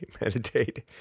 meditate